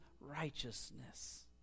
righteousness